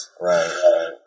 Right